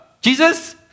Jesus